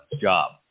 job